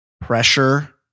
pressure